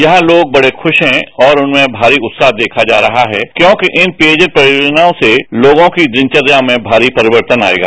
यहाँ लोग बड़े खुश है और उनमें भारी उत्साह देखा जा रहा है क्योंकि इन पेयजल परियोजनाओं से लोगों की दिनवर्या में भारी परिक्तन आएगा